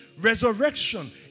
resurrection